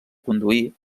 conduir